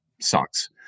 sucks